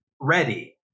ready